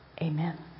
Amen